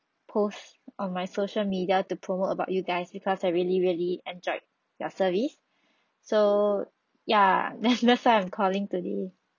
post on my social media to promote about you guys because I really really enjoyed your service so ya that's that's why I'm calling today